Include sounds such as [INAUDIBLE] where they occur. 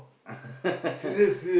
[LAUGHS]